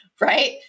right